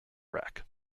wreck